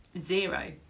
zero